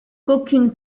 qu’aucune